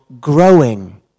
growing